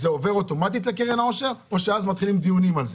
זה עובר אוטומטית לקרן העושר או שאז מתחילים דיונים על זה?